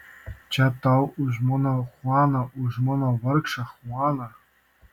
čia tau už mano chuaną už mano vargšą chuaną